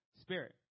Spirit